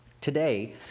Today